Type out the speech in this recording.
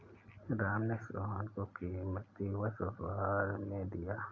राम ने सोहन को कीमती वस्तु उपहार में दिया